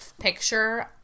picture